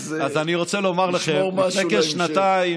אז תשמור משהו להמשך.